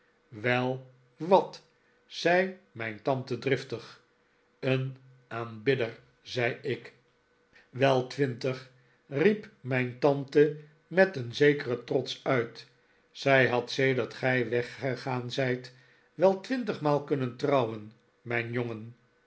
wel wat zei mijn tante driftig een aanbidder zei ik wel twintig riep mijn tante met een zekeren trots uit zij had sedert gij weggegaan zijt wel twintigmaal kunnen trouwen mijn jongen